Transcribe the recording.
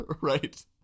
Right